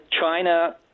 China